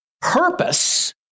purpose